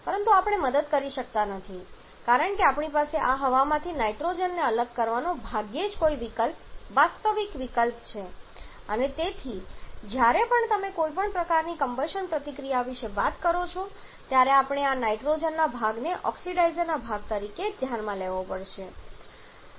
પરંતુ આપણે મદદ કરી શકતા નથી કારણ કે આપણી પાસે આ હવામાંથી નાઇટ્રોજનને અલગ કરવાનો ભાગ્યે જ કોઈ વિકલ્પ વાસ્તવિક વિકલ્પ છે અને તેથી જ્યારે પણ તમે કોઈપણ પ્રકારની કમ્બશન પ્રતિક્રિયા વિશે વાત કરો છો ત્યારે આપણે આ નાઇટ્રોજન ભાગને ઓક્સિડાઇઝરના ભાગ તરીકે ધ્યાનમાં લેવો પડશે